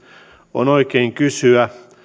on oikein kysyä